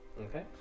Okay